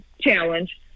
challenge